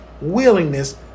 willingness